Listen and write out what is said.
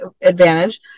advantage